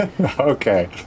Okay